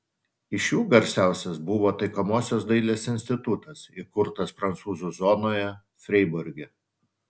iš jų garsiausias buvo taikomosios dailės institutas įkurtas prancūzų zonoje freiburge